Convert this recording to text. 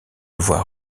voix